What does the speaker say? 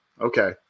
Okay